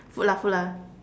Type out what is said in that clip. food lah food lah